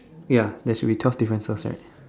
ya there should be twelve differences right